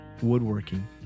woodworking